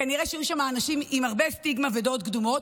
כנראה שהיו שם אנשים עם הרבה סטיגמה ודעות קדומות.